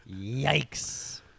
yikes